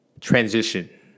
transition